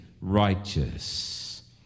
righteous